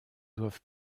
doivent